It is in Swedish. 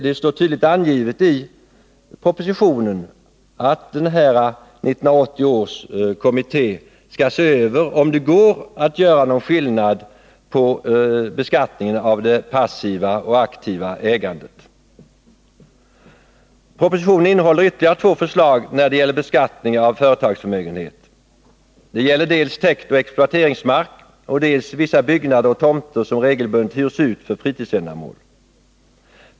Det står tydligt angivet i propositionen att 1980 års företagsskattekommitté skall undersöka om det går att göra någon skillnad i beskattningen av det passiva och det aktiva ägandet. Propositionen innehåller ytterligare två förslag när det gäller beskattning av företagsförmögenhet. Det gäller dels täktoch exploateringsmark, dels vissa byggnader och tomter som regelbundet hyrs ut för fritidsändamål.